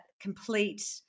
complete